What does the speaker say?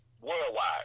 worldwide